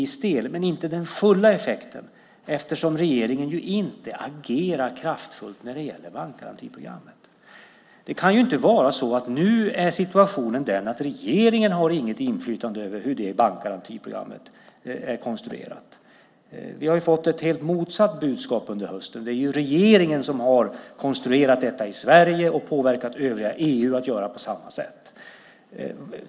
Men den får inte den fulla effekten, eftersom regeringen inte agerar kraftfullt när det gäller bankgarantiprogrammet. Det kan inte vara så att situationen nu är den att regeringen inte har något inflytande över hur bankgarantiprogrammet är konstruerat. Vi har fått ett helt motsatt budskap under hösten. Det är regeringen som har konstruerat detta i Sverige och påverkat övriga EU att göra på samma sätt.